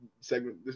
segment